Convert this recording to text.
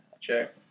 check